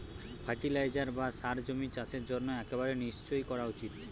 fertiliser বা সার জমির চাষের জন্য একেবারে নিশ্চই করা উচিত